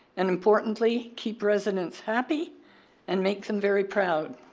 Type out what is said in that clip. and importantly, keep residents happy and make them very proud.